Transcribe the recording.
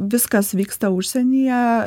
viskas vyksta užsienyje